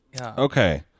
Okay